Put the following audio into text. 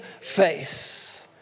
face